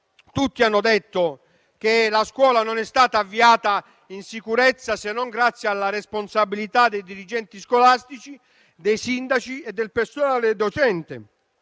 Tutti hanno detto che l'anno scolastico non è stato avviato in sicurezza, se non grazie alla responsabilità dei dirigenti scolastici, dei sindaci e del personale docente.